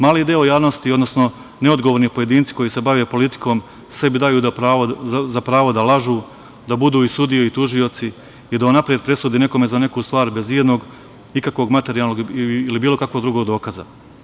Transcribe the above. Mali deo javnosti, odnosno neodgovorni pojedinci koji se bave politikom sebi daju za pravo da lažu, da budu i sudije i tužioci i da unapred presude nekome za neku stvar, bez ijednog ikakvog materijalnog ili bilo kakvog drugog dokaza.